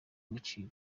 agaciro